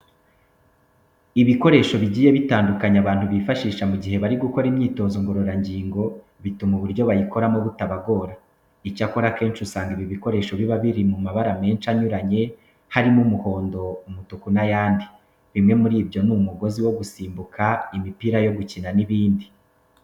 Ibikoresho bigiye bitandukanye, abantu bifashisha mu gihe bari gukora imyitozo ngororangingo, bituma uburyo bayikoramo butabagora. Icyakora, akenshi usanga ibi bikoresho biba biri mu mabara menshi anyuranye, harimo umuhondo, umutuku n'ayandi. Bimwe muri byo ni umugozi wo gusimbuka, imipira yo gukina n'ibindi.